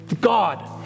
God